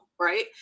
right